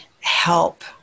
help